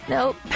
Nope